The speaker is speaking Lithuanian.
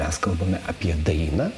mes kalbame apie dainą